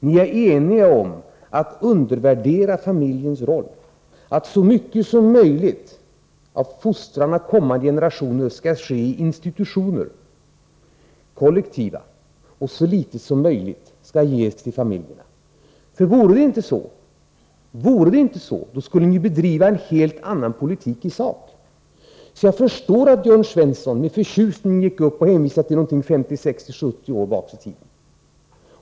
Ni är eniga om att undervärdera familjens roll och om att så mycket som möjligt av fostran av kommande generationer skall ske i kollektiva institutioner och så litet som möjligt i familjerna. Vore det inte så, skulle ni bedriva en helt annan politik i sak. Jag förstår därför att Jörn Svensson med förtjusning gick upp och hänvisade till förhållanden för 50, 60 eller 70 år sedan.